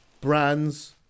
brands